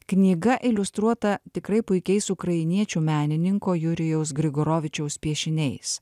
knyga iliustruota tikrai puikiais ukrainiečių menininko jurijaus grigoravičiaus piešiniais